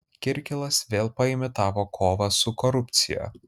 kirkilas vėl paimitavo kovą su korupcija